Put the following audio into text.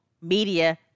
Media